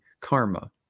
karma